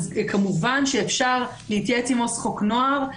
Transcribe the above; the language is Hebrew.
כמובן שאפשר להתייעץ עם עו"ס חוק נוער.